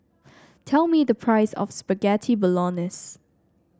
tell me the price of Spaghetti Bolognese